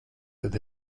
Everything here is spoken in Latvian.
kad